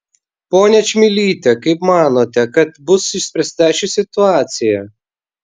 ponia čmilyte kaip manote kad bus išspręsta ši situacija